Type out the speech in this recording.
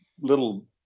little